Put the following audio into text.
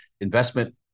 investment